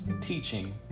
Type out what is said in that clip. teaching